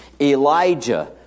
Elijah